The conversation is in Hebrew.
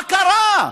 מה קרה?